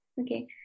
okay